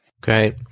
Great